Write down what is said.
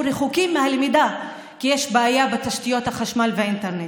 רחוקים מהלמידה כי יש בעיה בתשתיות החשמל והאינטרנט.